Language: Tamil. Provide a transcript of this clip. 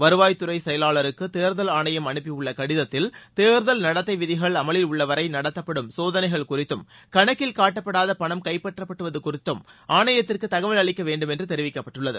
வருவாய் துறை செயவாளருக்கு தேர்தல் ஆணையம் அனுப்பியுள்ள கடிதத்தில் தேர்தல் நடத்தை விதிகள் அமலில் உள்ள வரை நடத்தப்படும் சோதனைகள் குறித்தும் கணக்கில் காட்டப்படாத பணம் கைப்பற்றப்படுவது குறித்தும் ஆணையத்திற்கு தகவல் அளிக்க வேண்டும் என்று தெரிவிக்கப்பட்டுள்ளது